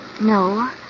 No